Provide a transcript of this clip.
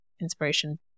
inspiration